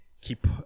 keep